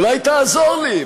אולי תעזור לי.